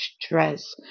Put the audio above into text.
stress